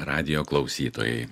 radijo klausytojai